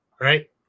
right